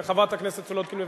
חברת הכנסת סולודקין מוותרת.